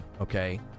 okay